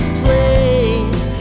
place